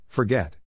Forget